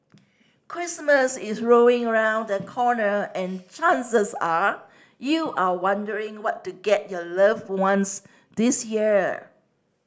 Christmas is rolling around the corner and chances are you are wondering what to get your loved ones this year